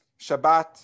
Shabbat